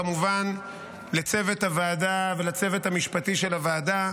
כמובן לצוות הוועדה ולצוות המשפטי של הוועדה,